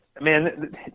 man